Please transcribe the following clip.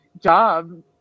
job